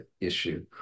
issue